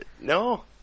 no